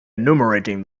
enumerating